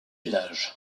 village